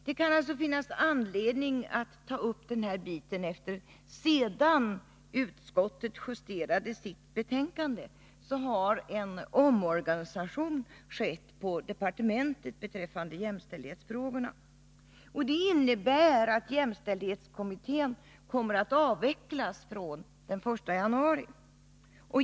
Det kan finnas anledning att ta upp den här biten, eftersom det sedan utskottet justerade sitt betänkande har skett en omorganisation på departementet beträffande jämställdhetsfrågorna som innebär att jämställdhetskommittén kommer att avvecklas från den 1 januari.